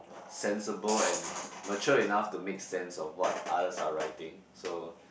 sensible and mature enough to make sense of what others are writing so